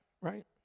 right